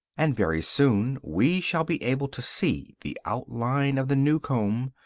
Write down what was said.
and very soon we shall be able to see the outline of the new comb.